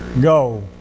Go